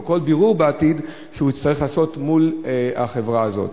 כל בירור בעתיד שהוא יצטרך לעשות מול החברה הזאת.